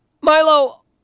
Milo